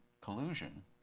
collusion